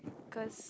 cause